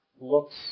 looks